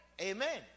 Amen